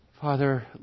Father